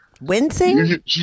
wincing